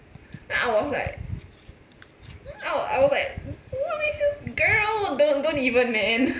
then I was like I I was like what makes you girl don't don't even man